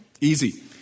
Easy